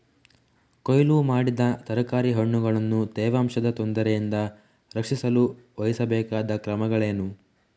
ಕೊಯ್ಲು ಮಾಡಿದ ತರಕಾರಿ ಹಣ್ಣುಗಳನ್ನು ತೇವಾಂಶದ ತೊಂದರೆಯಿಂದ ರಕ್ಷಿಸಲು ವಹಿಸಬೇಕಾದ ಕ್ರಮಗಳೇನು?